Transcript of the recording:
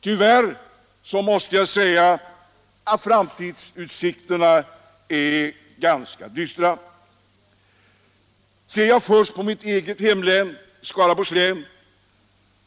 Tyvärr måste jag säga att framtidsutsikterna är ganska dystra. Låt mig först se på mitt eget hemlän, Skaraborgs län.